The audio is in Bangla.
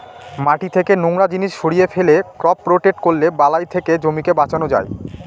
মাটি থেকে নোংরা জিনিস সরিয়ে ফেলে, ক্রপ রোটেট করলে বালাই থেকে জমিকে বাঁচানো যায়